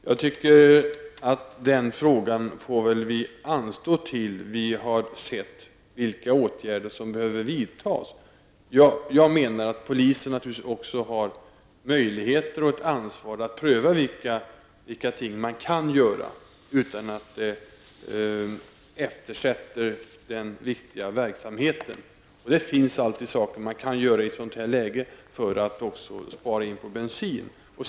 Herr talman! Jag tycker att vi får låta den här frågan anstå tills vi har sett vilka åtgärder som behöver vidtas. Jag menar att polisen naturligtvis har möjligheter och ett ansvar att pröva vad som kan göras utan att eftersätta den viktiga verksamheten. Det finns alltid saker som kan göras i ett sådant här läge för att också spara in på bensin.